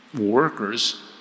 workers